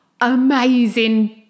amazing